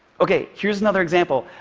ok, here's another example.